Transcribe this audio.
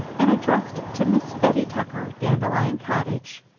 and addressed to miss bettie tucker, dandelion cottage.